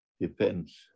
depends